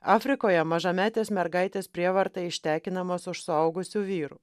afrikoje mažametės mergaitės prievarta ištekinamos už suaugusių vyrų